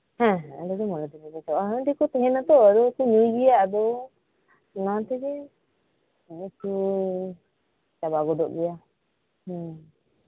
ᱦᱮᱸ ᱦᱮᱸ ᱟᱞᱮᱫᱚ ᱢᱚᱲᱮ ᱫᱤᱱᱜᱮᱞᱮ ᱩᱰᱩᱠᱚᱜ ᱟ ᱦᱟᱺᱰᱤᱠᱩ ᱛᱟᱦᱮᱱᱟᱛᱚ ᱟᱫᱚ ᱠᱩ ᱧᱩᱭᱜᱮᱭᱟ ᱟᱫᱚ ᱚᱱᱟᱛᱮᱜᱤ ᱪᱟᱵᱟ ᱜᱚᱫᱚᱜ ᱜᱮᱭᱟ ᱦᱮᱸ